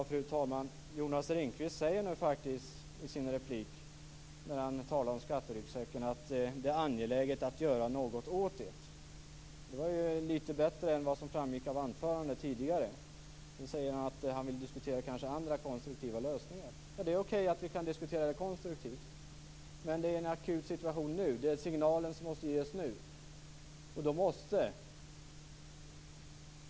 Fru talman! Jonas Ringqvist säger nu i sin replik att det är angeläget att göra någonting åt skatteryggsäcken. Det låter lite bättre än vad som framgick av det tidigare anförandet. Sedan sade Jonas Ringqvist att han vill diskutera andra konstruktiva lösningar. Det är okej med en konstruktiv diskussion. Men situationen är akut. Signalerna måste ges nu.